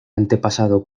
antepasado